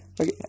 Okay